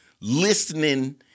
listening